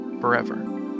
forever